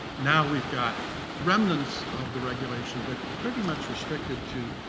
now we've got remnants of the regulation, but pretty much restricted to,